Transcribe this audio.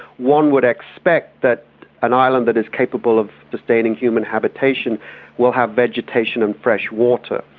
one would expect that an island that is capable of sustaining human habitation will have vegetation and fresh water,